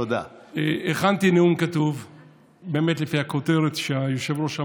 הכנתי נאום כתוב לפי הכותרת שהיושב-ראש אמר,